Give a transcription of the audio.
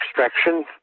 extraction